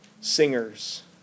singers